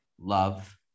love